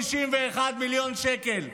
561 מיליון שקל,